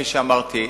כפי שאמרתי.